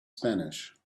spanish